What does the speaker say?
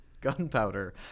gunpowder